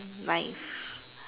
life